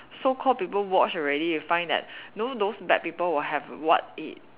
so called people watch already will find that know those bad people will have a what it